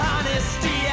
Honesty